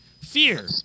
Fear